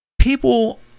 people